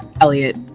Elliot